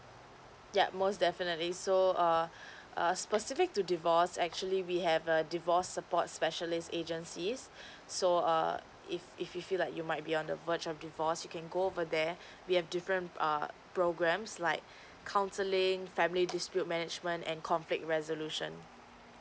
yup most definitely so err a specific to divorce actually we have a divorce support specialist agencies so err if if you feel like you might be on the verge of divorce you can go over there we have different err programs like counselling family dispute management and conflict resolution